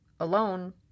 alone